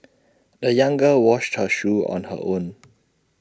the young girl washed her shoes on her own